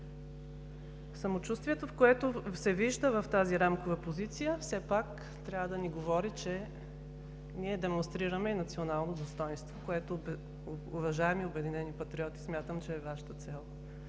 Самочувствието, което се вижда в тази рамкова позиция, все пак трябва да ни говори, че ние демонстрираме и национално достойнство, което, уважаеми обединени патриоти, смятам, че е Вашата цел.